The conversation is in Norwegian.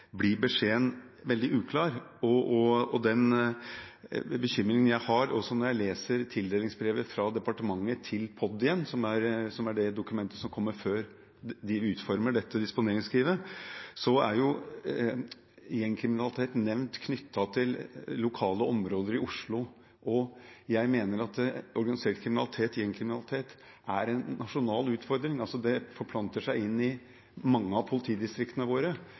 blir beskjeden veldig uklar. Den bekymringen jeg har, også når jeg leser tildelingsbrevet fra departementet til POD, som er det dokumentet som kommer før de utformer disponeringsskrivet, er at gjengkriminalitet er nevnt knyttet til lokale områder i Oslo, og jeg mener at organisert kriminalitet og gjengkriminalitet er en nasjonal utfordring. Det forplanter seg inn i mange av politidistriktene våre,